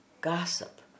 gossip